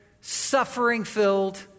suffering-filled